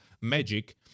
magic